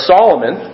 Solomon